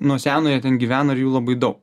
nuo seno jie ten gyvena ir jų labai daug